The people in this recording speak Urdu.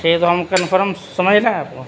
ٹھیک ہے تو ہم کنفرم سمجھ لیں آپ کو